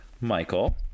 michael